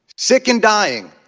sick and dying,